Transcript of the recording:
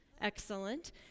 Excellent